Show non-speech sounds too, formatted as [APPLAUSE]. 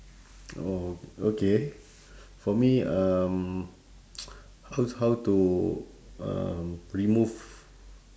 orh okay for me um [NOISE] how how to uh remove